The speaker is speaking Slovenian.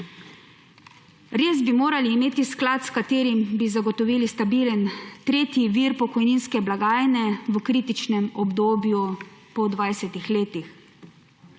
Res bi morali imeti sklad, s katerim bi zagotovili stabilen tretji vir pokojninske blagajne v kritičnem obdobju po 20 letih.